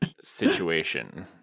situation